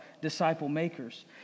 disciple-makers